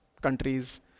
countries